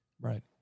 Right